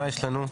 מה יש לנו?